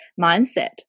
mindset